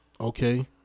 Okay